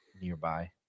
nearby